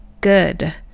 good